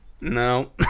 No